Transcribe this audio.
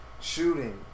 shooting